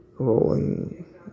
Rolling